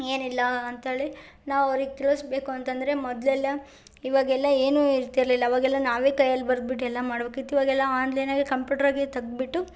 ಏನಿಲ್ಲಾ ಅಂತೇಳಿ ನಾವು ಅವ್ರಿಗೆ ತಿಳಿಸ್ಬೇಕು ಅಂತಂದರೆ ಮೊದಲೆಲ್ಲ ಇವಾಗೆಲ್ಲ ಏನೂ ಇರ್ತಿರಲಿಲ್ಲ ಅವಾಗೆಲ್ಲ ನಾವೇ ಕೈಯಲ್ಲಿ ಬರೆದ್ಬಿಟ್ ಎಲ್ಲ ಮಾಡ್ಬೇಕಿತ್ತು ಇವಾಗೆಲ್ಲ ಆನ್ಲೈನಲ್ಲಿ ಕಂಪ್ಯೂಟ್ರಲ್ಲಿ ತೆಗೆದ್ಬಿಟ್ಟು